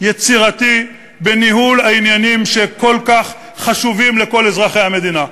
יצירתי בניהול העניינים שכל כך חשובים לכל אזרחי המדינה?